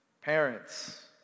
Parents